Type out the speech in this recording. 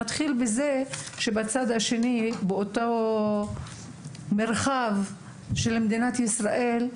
נתחיל בזה שבצד השני באותו מרחב של מדינת ישראל,